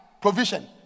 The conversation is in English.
provision